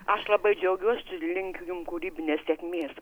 aš labai džiaugiuosi linkiu jum kūrybinės sėkmės